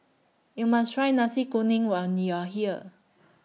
YOU must Try Nasi Kuning when YOU Are here